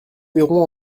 verrons